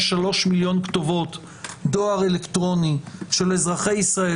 3 מיליון כתובות דואר אלקטרוני של אזרחי ישראל,